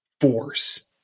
force